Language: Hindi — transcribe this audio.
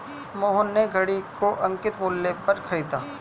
मोहन ने घड़ी को अंकित मूल्य पर खरीदा